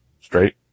straight